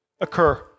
occur